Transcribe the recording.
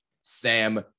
Sam